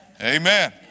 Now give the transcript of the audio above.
Amen